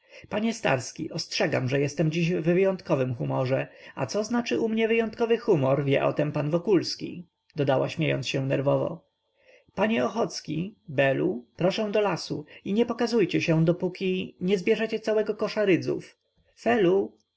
panie starski ostrzegam że jestem dziś w wyjątkowym humorze a co znaczy u mnie wyjątkowy humor wie o tem pan wokulski dodała śmiejąc się nerwowo panie ochocki belu proszę do lasu i nie pokazujcie się dopóki nie zbierzecie całego kosza rydzów felu